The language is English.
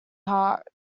hearts